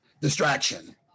distraction